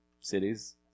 cities